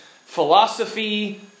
philosophy